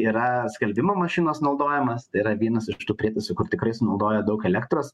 yra skalbimo mašinos naudojimas tai yra vienas iš tų prietaisų kur tikrai sunaudoja daug elektros